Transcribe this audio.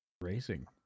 racing